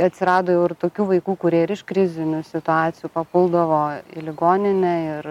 atsirado jau ir tokių vaikų kurie ir iš krizinių situacijų papuldavo ligoninę ir